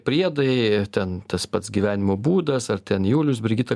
priedai ten tas pats gyvenimo būdas ar ten julius brigita